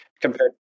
compared